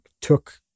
took